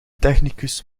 technicus